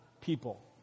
people